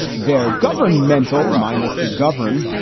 their governmental, minus the governance.